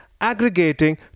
aggregating